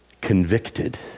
convicted